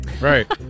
Right